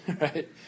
right